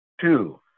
two